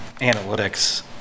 analytics